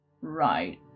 Right